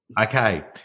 Okay